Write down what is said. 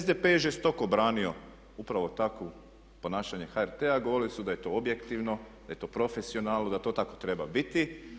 SDP je žestoko branio upravo takvo ponašanje HRT-a, govorili su da je to objektivno, da je to profesionalno, da to tako treba biti.